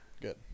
Good